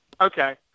Okay